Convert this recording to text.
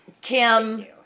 Kim